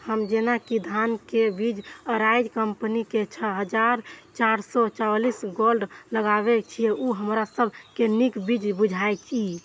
हम जेना कि धान के बीज अराइज कम्पनी के छः हजार चार सौ चव्वालीस गोल्ड लगाबे छीय उ हमरा सब के नीक बीज बुझाय इय?